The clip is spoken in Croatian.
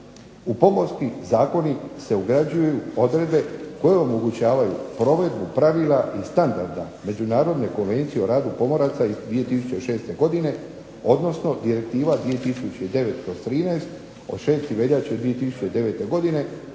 U Pomorski zakonik se ugrađuju odredbe koje omogućavaju provedbu pravila i standarda Međunarodne konvencije o radu pomoraca iz 2006. godine, odnosno Direktiva 2009/13 od